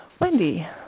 Wendy